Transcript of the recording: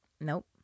Nope